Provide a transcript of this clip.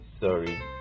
sorry